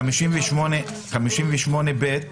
בסעיף 58(ב)